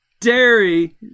dairy